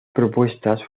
propuestas